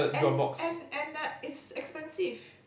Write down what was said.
and and and a it's expensive